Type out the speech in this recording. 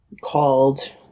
called